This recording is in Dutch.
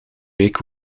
week